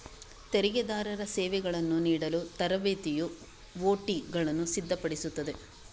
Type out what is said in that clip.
ತೆರಿಗೆದಾರರ ಸೇವೆಗಳನ್ನು ನೀಡಲು ತರಬೇತಿಯು ಒ.ಟಿಗಳನ್ನು ಸಿದ್ಧಪಡಿಸುತ್ತದೆ